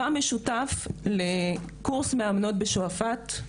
מה המשותף לקורס מאמנות בשועפט,